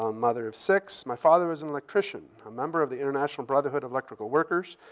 um mother of six. my father was an electrician, a member of the international brotherhood of electrical workers.